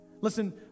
Listen